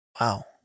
Wow